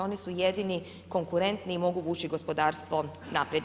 Oni su jedini konkurentni i mogu vući gospodarstvo naprijed.